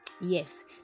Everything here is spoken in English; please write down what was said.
Yes